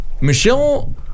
Michelle